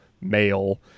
male